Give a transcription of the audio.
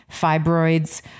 fibroids